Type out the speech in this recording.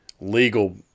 legal